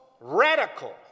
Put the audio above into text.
radical